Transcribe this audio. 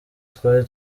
twari